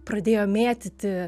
pradėjo mėtyti